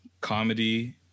Comedy